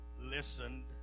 listened